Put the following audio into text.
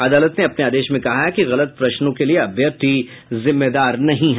अदालत ने अपने आदेश में कहा कि गलत प्रश्नों के लिये अभ्यर्थी जिम्मेदार नहीं है